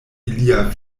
ilia